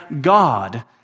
God